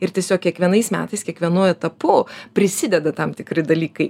ir tiesiog kiekvienais metais kiekvienu etapu prisideda tam tikri dalykai